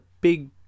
big